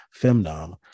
femdom